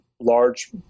large